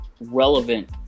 relevant